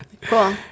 cool